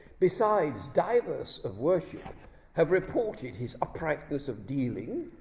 besides divers of worship have reported his uprightnes of dealing,